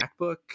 MacBook